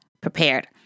prepared